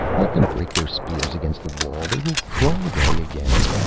let them break their spears against the wall. they will crawl away again.